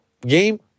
game